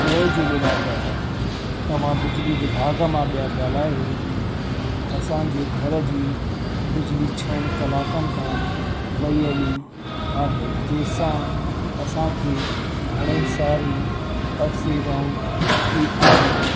जय झूलेलाल दादा तव्हां बिजली विभाॻ मां पिया ॻाल्हायो असांजी घर जी बिजली छहनि कलाकनि खां वई हली आहे जंहिं सा असांखे घणेई सारी असुविधाऊं थी आहिनि